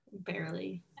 Barely